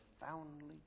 profoundly